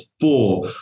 four